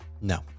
No